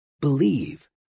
Believe